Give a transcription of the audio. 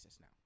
now